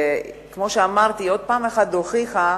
וכמו שאמרתי, היא עוד פעם הוכיחה